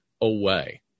away